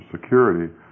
security